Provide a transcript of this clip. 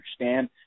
understand